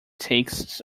takes